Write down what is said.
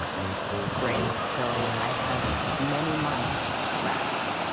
great, so i have many months left.